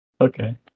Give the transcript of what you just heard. Okay